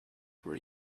were